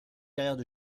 carrière